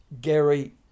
Gary